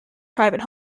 private